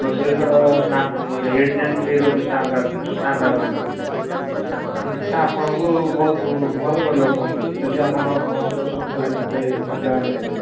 processor snap eight gen three ରହୁଛି snap ଡ୍ରା ଡ୍ରାଗନର ଆପଣଙ୍କୁ ବହୁତ ଭଲ ପଡ଼ିବ ଫୋନ୍ଟି ଯଦି ଆପଣ ପଞ୍ଚଷଠିରୁ ସତୁରିହଜାର ଭିତରେ ଆପଣ ଏହି ଫୋନ୍ଟି ନେବେ